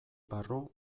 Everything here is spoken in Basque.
barru